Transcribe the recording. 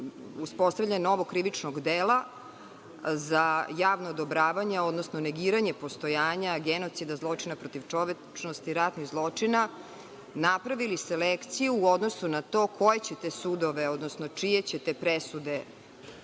uspostavljanja novog krivičnog dela za javno odobravanje, odnosno negiranje postojanja genocida, zločina protiv čovečnosti, ratnih zločina, napravili selekciju u odnosu na to koje ćete sudove, odnosno čije ćete presude